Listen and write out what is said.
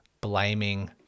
blaming